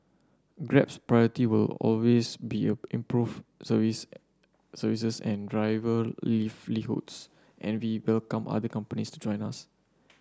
Grab's priority will always be a improve service services and driver livelihoods and we welcome other companies to join us